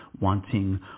wanting